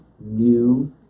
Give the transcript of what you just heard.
new